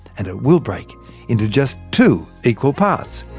and it will break into just two equal parts.